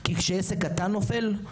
כי כשעסק קטן נופל,